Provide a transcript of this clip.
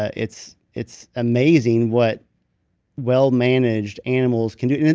ah it's it's amazing what well managed animals can do.